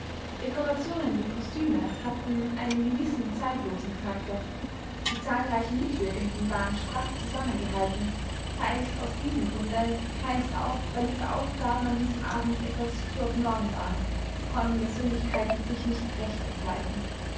dekorationen wie kostüme hatten einen gewissen zeitlosen charakter die zahlreichen mitwirkenden waren straff zusammengehalten teils aus diesem grunde teils auch weil ihre aufgaben an diesem abend etwas zu abnorm waren konnten persönlichkeiten sich nicht recht entfalten